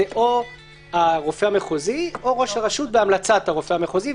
זה הרופא המחוזי או ראש הרשות בהמלצת הרופא המחוזי,